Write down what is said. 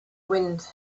wind